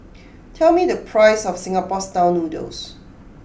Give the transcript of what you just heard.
tell me the price of Singapore Style Noodles